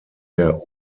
der